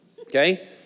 Okay